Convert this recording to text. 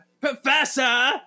Professor